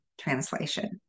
Translation